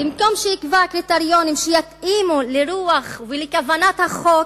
במקום שיקבע קריטריונים שיתאימו לרוח ולכוונה של החוק,